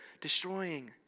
destroying